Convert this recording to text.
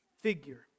figure